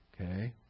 Okay